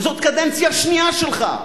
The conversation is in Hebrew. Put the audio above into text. וזאת קדנציה שנייה שלך.